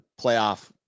playoff